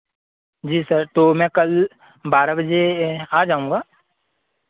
जी sir तो मैं कल बारह बजे आ जाऊँगा